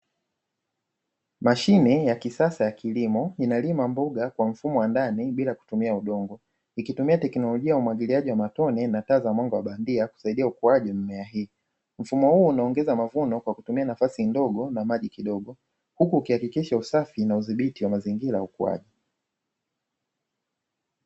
Mashine ya kisasa ya kilimo inalima mboga kwa mfumo wa ndani bila kutumia udongo ikitumia teknolojia ya umwagiliaji wa matone na taa za mwanga wa bandia kusaidia ukuaji mimea hii. Mfumo huu unaongeza mavuno kwa kutumia nafasi ndogo na maji kidogo, huku ukihakikisha usafi na udhibiti wa mazingira ya ukuaji.